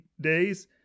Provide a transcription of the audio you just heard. Days